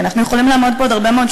הוא לא הצליח לשמוע את מה שאמרתי בהתחלה.